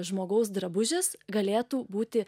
žmogaus drabužis galėtų būti